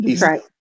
right